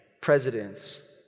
presidents